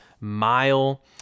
mile